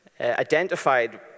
identified